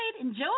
enjoy